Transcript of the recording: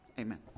amen